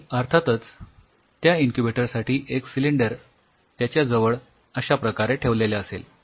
आणि अर्थातच त्या इन्क्युबेटर साठी एक सिलेंडर त्याच्या जवळ अश्या प्रकारे ठेवलेले असेल